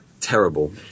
terrible